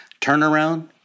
turnaround